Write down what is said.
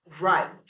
right